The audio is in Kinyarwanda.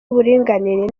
uburinganire